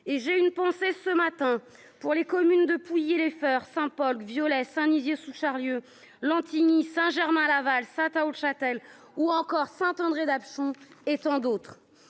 et j'ai une pensée ce matin pour les communes de Pouille et les faire Saint Paul Violet Saint-Nizier-sous-Charlieu Lentini Saint-Germain Laval out Chatel ou encore Saint-André d'Daxon et tant d'autres,